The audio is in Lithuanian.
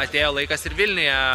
atėjo laikas ir vilniuje